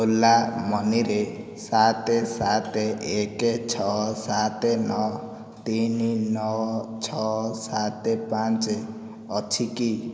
ଓଲା ମନିରେ ସାତ ସାତ ଏକ ଛଅ ସାତ ନଅ ତିନି ନଅ ଛଅ ସାତ ପାଞ୍ଚ ଅଛି କି